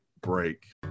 break